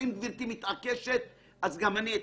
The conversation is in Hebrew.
אם גברתי מתעקשת, אז גם אני אתעקש.